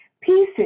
pieces